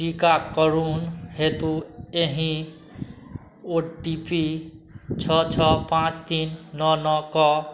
टीकाकरण हेतु एहि ओ टी पी छओ छओ पाँच तीन नओ नओके